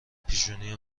پیشونی